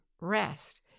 rest